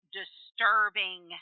disturbing